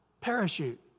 parachute